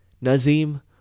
Nazim